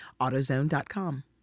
AutoZone.com